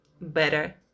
better